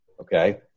Okay